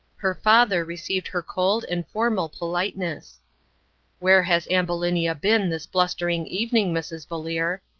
her father received her cold and formal politeness where has ambulinia been, this blustering evening, mrs. valeer?